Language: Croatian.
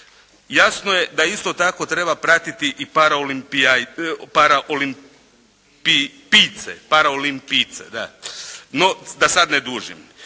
Jasno je da isto tako treba pratiti i paraolimpijce, no da sada ne dužim.